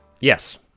Yes